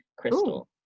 crystal